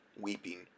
weeping